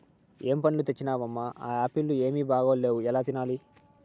ఏం పండ్లు తెచ్చినవమ్మ, ఆ ఆప్పీల్లు ఏమీ బాగాలేవు ఎలా తినాలి